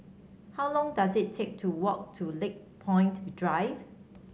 how long does it take to walk to Lakepoint Drive